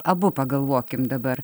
abu pagalvokim dabar